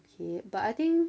okay but I think